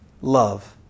love